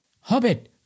Hobbit